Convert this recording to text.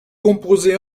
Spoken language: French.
composée